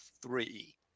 three